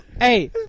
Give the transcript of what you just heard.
hey